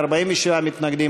47 מתנגדים,